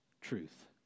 truth